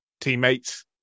teammates